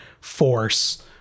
force